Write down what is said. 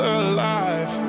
alive